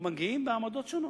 מגיעים בעמדות שונות.